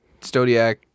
Stodiac